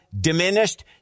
diminished